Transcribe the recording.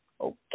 Okay